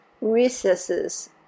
recesses